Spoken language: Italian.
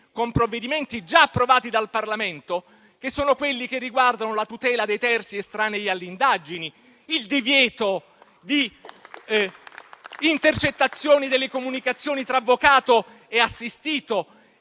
con provvedimenti già approvati dal Parlamento, che sono quelli che riguardano la tutela dei terzi estranei alle indagini, il divieto di intercettazioni delle comunicazioni tra avvocato e assistito,